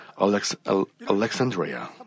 Alexandria